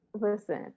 Listen